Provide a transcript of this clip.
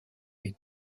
les